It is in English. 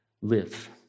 live